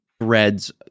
threads